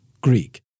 Greek